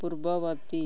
ପୂର୍ବବର୍ତ୍ତୀ